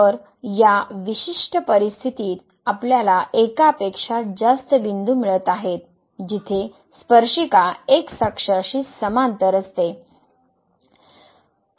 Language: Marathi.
तर या विशिष्ट परिस्थितीत आपल्याला एकापेक्षा जास्त बिंदू मिळत आहेत जिथे स्पर्शिका एक्स अक्षाशी समांतर असते